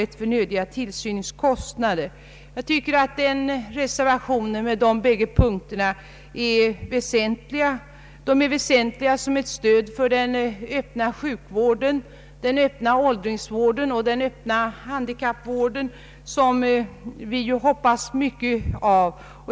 Ett bifall till den reservationen skulle innebära ett stöd för den öppna sjukvården, den öppna åldringsvården och den öppna handikappvården, som vi hoppas mycket av.